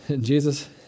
Jesus